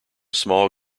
small